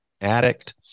addict